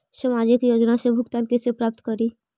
सामाजिक योजना से भुगतान कैसे प्राप्त करी?